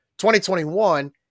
2021